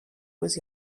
was